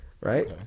right